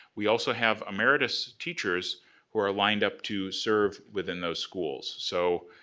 we also have emeritus teachers who are lined up to serve within those schools. so,